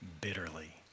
bitterly